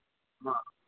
ಹಾಂ